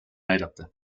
näidata